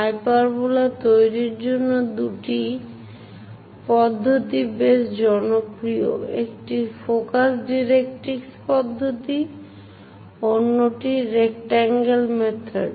hyperbola তৈরির জন্য দুটি পদ্ধতি বেশ জনপ্রিয় একটি ফোকাস ডাইরেক্ট্রিক্স পদ্ধতি অন্যটি রেকট্যাংগল মেথড